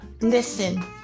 listen